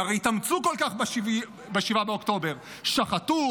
הם הרי התאמצו כל כך ב-7 באוקטובר: שחטו,